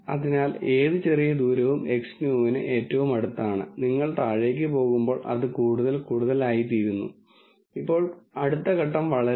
ഇത് നമ്മൾ സംസാരിക്കാൻ പോകുന്ന ഡാറ്റയാണ് എനിക്ക് ഈ ഡാറ്റയുടെ വലിയൊരു തുക ലഭിച്ചുകഴിഞ്ഞാൽ ഈ ഫംഗ്ഷൻ ഫോം ഞാൻ എങ്ങനെ കണ്ടെത്തും ഒരിക്കൽ ഞാൻ ഒരു ഫംഗ്ഷണൽ ഫോം തിരഞ്ഞെടുത്താൽ ഫങ്ഷണൽ ഫോമിലുള്ള പാരാമീറ്ററുകൾ എങ്ങനെ തിരിച്ചറിയാം